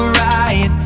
right